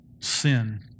Sin